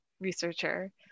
researcher